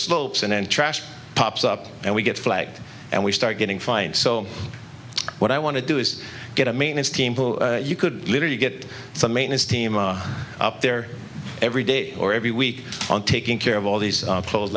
slopes and trash pops up and we get flagged and we start getting fined so what i want to do is get a maintenance team you could literally get some maintenance team up there every day or every week on taking care of all these